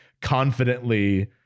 confidently